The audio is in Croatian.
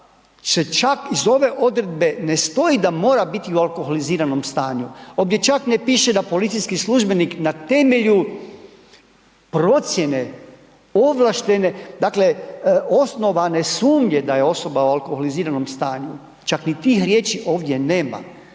čak iz ove odredbe ne stoji da mora biti u alkoholiziranom stanju, ovdje čak ne piše da policijski službenik na temelju procijene ovlaštene, dakle osnovane sumnje da je osoba u alkoholiziranom stanju, čak ni tih riječi ovdje nema,